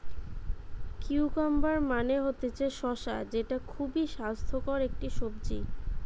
cucumber মানে হতিছে শসা যেটা খুবই স্বাস্থ্যকর একটি সবজি